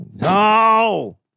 No